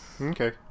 Okay